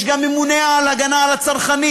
יש גם ממונה על הגנה על הצרכנים,